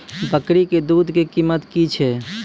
बकरी के दूध के कीमत की छै?